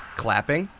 clapping